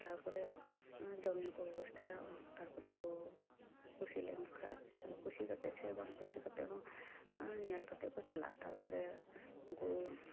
ᱛᱟᱨᱯᱚᱨᱮ ᱡᱚᱢ ᱧᱩ ᱠᱚ ᱵᱮᱵᱚᱥᱛᱟᱭᱟ ᱛᱟᱨᱯᱚᱨ ᱠᱚ ᱠᱩᱥᱤ ᱞᱮᱱ ᱠᱷᱟᱱ ᱠᱩᱥᱤ ᱠᱟᱛᱮ ᱥᱮ ᱵᱟᱝ ᱠᱩᱥᱤ ᱠᱟᱛᱮ ᱦᱚ ᱧᱮᱞ ᱠᱟᱛᱮ ᱠᱚ ᱪᱟᱞᱟᱼᱟ ᱛᱟᱨᱯᱚᱨᱮ ᱩᱱᱠᱩ